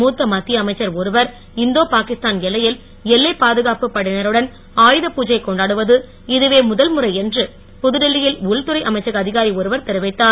மூத்த மத்திய அமைச்சர் ஒருவர் இந்தோ பாகிஸ்தான் எல்லையில் எல்லைப்பா துகாப்பு படையினருடன் ஆயுதபுஜை கொண்டாடுவது இதுவே முதல் முறை என்று புதுடெல்லியில் உள்துறை அமைச்சக அதிகாரி ஒருவர் தெரிவித்தார்